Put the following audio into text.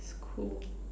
it's cool